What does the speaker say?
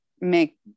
make